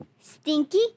Stinky